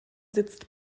sitzt